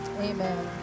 Amen